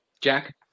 Jack